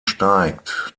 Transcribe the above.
steigt